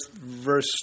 verse